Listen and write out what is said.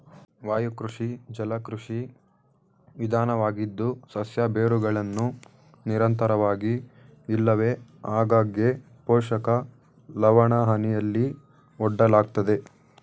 ವಾಯುಕೃಷಿ ಜಲಕೃಷಿ ವಿಧಾನವಾಗಿದ್ದು ಸಸ್ಯ ಬೇರುಗಳನ್ನು ನಿರಂತರವಾಗಿ ಇಲ್ಲವೆ ಆಗಾಗ್ಗೆ ಪೋಷಕ ಲವಣಹನಿಯಲ್ಲಿ ಒಡ್ಡಲಾಗ್ತದೆ